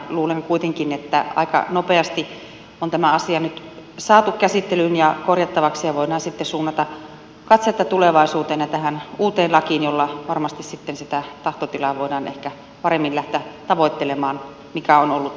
luulen kuitenkin että aika nopeasti on tämä asia nyt saatu käsittelyyn ja korjattavaksi ja voidaan sitten suunnata katsetta tulevaisuuteen ja tähän uuteen lakiin jolla sitten varmasti voidaan ehkä paremmin lähteä tavoittelemaan sitä tahtotilaa mikä on ollut lähetekeskustelun henki